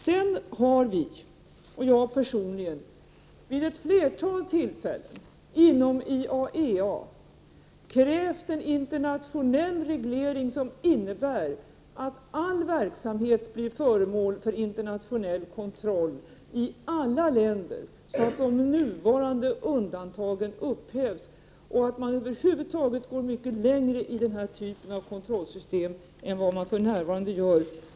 Sedan har vi och jag personligen vid ett flertal tillfällen inom IAEA krävt en internationell reglering som innebär att all verksamhet blir föremål för internationell kontroll i alla länder, så att de nuvarande undantagen upphävs, och att man över huvud taget går mycket längre i den här typen av kontrollsystem än vad man gör för närvarande.